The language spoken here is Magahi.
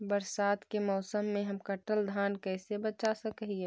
बरसात के मौसम में हम कटल धान कैसे बचा सक हिय?